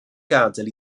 gadael